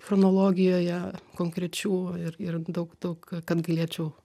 chronologijoje konkrečių ir ir daug daug kad galėčiau